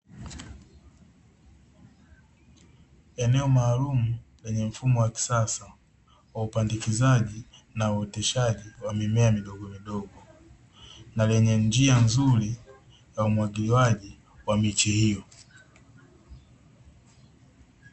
Eneo maalumu lenye mfumo wa kisasa wa upandikizaji na uoteshaji wa mimea midogomidogo, na lenye njia nzuri ya umwagiliwaji wa miche hiyo.